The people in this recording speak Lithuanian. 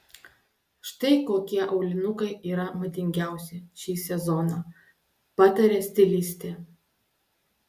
štai kokie aulinukai yra madingiausi šį sezoną pataria stilistė